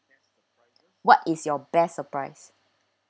what is your best surprise